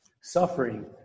suffering